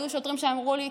היו שוטרים שאמרו לי,